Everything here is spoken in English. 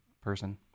person